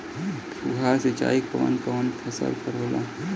फुहार सिंचाई कवन कवन फ़सल पर होला?